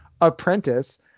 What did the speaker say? apprentice